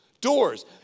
Doors